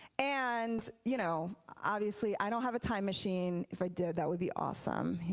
and you know obviously i don't have a time machine, if i did that would be awesome.